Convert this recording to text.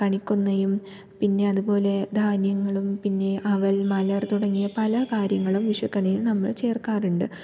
കണിക്കൊന്നയും പിന്നെ അതുപോലെ ധാന്യങ്ങളും പിന്നെ അവൽ മലർ തുടങ്ങിയ പല കാര്യങ്ങളും വിഷുക്കണിയിൽ നമ്മൾ ചേർക്കാറുണ്ട്